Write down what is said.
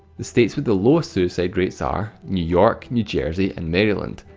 the states with the lowest suicide rates are new york, new jersey and maryland.